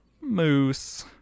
Moose